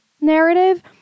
narrative